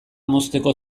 mozteko